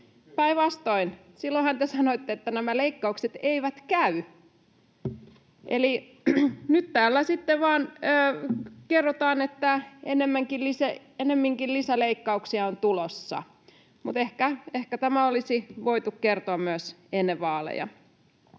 Päinvastoin, silloinhan te sanoitte, että leikkaukset eivät käy. Nyt täällä sitten vain kerrotaan, että ennemminkin lisäleikkauksia on tulossa, mutta ehkä tämä olisi voitu kertoa myös ennen vaaleja.